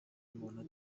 muntu